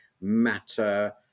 matter